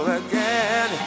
again